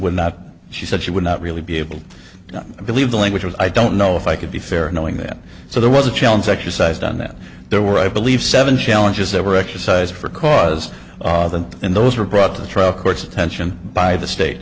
not she said she would not really be able to believe the language was i don't know if i could be fair knowing that so there was a challenge exercised on that there were i believe seven challenges that were exercised for cause and those were brought to trial court's attention by the state